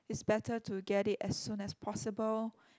it's better to get it as soon as possible